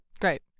Great